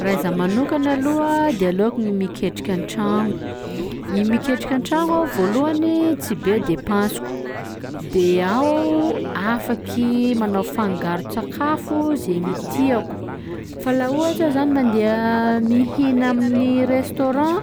Raha izaho manokana aloha de aleoko gny miketrika an-tragno, i miketrika an-tragno aho voalohany tsy be depansiko de ao afaky manao fangaron-tsakafo zay nitiako, fa laha ohatsy aho zany mandeha mihina amin'ny restaurant